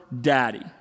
Daddy